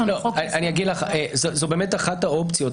זו באמת אחת האופציות.